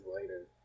later